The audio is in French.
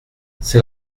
c’est